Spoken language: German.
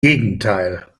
gegenteil